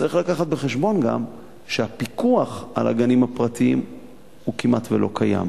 צריך גם לקחת בחשבון שהפיקוח על הגנים הפרטיים כמעט לא קיים,